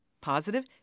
Positive